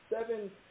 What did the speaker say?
seven